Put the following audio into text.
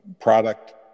product